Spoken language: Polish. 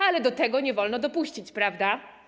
Ale do tego nie wolno dopuścić, prawda?